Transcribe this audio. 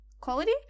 quality